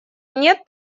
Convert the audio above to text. нет